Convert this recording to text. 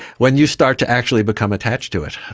when you start to actually become attached to it?